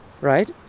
right